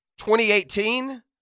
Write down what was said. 2018